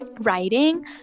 writing